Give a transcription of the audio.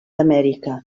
amèrica